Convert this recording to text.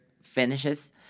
finishes